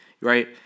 right